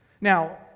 Now